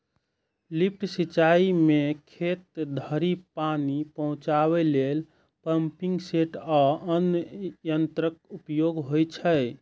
lift सिंचाइ मे खेत धरि पानि पहुंचाबै लेल पंपिंग सेट आ अन्य यंत्रक उपयोग होइ छै